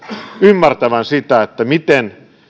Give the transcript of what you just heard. ymmärtävän sitä miten